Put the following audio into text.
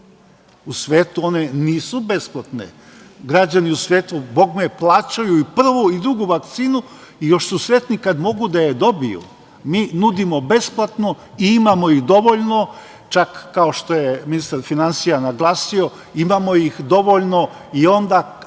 U svetu one nisu besplatne. Građani u svetu bogme plaćaju i prvu i drugu vakcinu i još su sretni kada mogu da je dobiju. Mi nudimo besplatno i imamo ih dovoljno, čak kao što je ministar finansija naglasio, imamo ih dovoljno i onda